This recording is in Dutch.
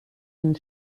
een